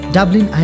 Dublin